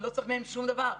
אני לא צריך מהם שום דבר.